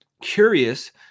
Curious